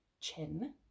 chin